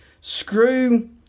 screw